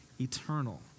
eternal